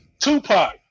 Tupac